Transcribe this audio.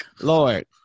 Lord